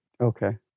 Okay